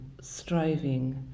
striving